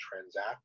transact